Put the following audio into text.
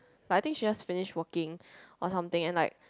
like I think she just finished working or something and like